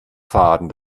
faden